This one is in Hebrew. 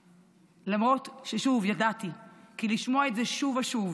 שוב, למרות שידעתי, כי לשמוע את זה שוב ושוב,